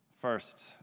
First